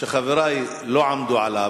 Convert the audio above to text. שחברי לא עמדו עליו,